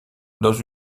dans